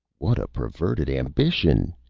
what a perverted ambition!